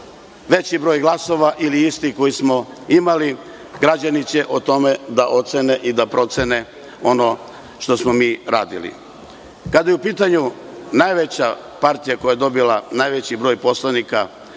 veći broj glasova, ili isti koji smo imali. Građani će o tome da ocene i da procene, ono što smo mi radili. Kada je u pitanju najveća partija koja je dobila najveći broj poslanika